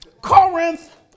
Corinth